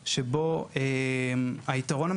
ושהבנקים,